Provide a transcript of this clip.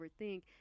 overthink